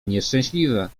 nieszczęśliwe